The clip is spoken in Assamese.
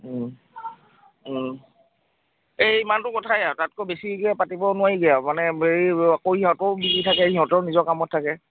এই ইমানটো কথাই আৰু তাতকৈ বেছিকৈ পাতিবও নোৱাৰিগৈ আৰু মানে হেৰি আকৌ ইহঁতেও বিজি থাকে ইহঁতেও নিজৰ কামত থাকে